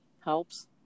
helps